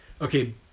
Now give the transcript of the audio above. Okay